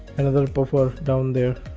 another puffer down there